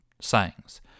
sayings